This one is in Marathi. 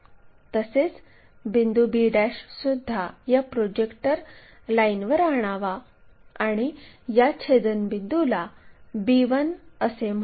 तसेच बिंदू b सुद्धा या प्रोजेक्टर लाईनवर आणावा आणि या छेदनबिंदूला b1 असे म्हणू